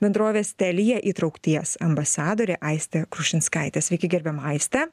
bendrovės telia įtraukties ambasadorę aistę krušinskaitę sveiki gerbiama aiste